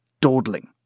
dawdling